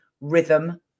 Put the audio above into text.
rhythm